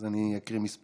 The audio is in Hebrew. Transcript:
אז אני אקריא כמה דברים: